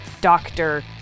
doctor